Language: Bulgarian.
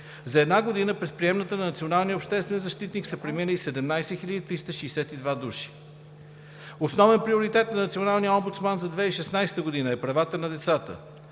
За една година през приемната на националния обществен защитник са преминали 17 362 души. Основен приоритет на Националния омбудсман за 2016 г. е – правата на децата.